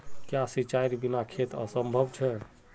क्याँ सिंचाईर बिना खेत असंभव छै?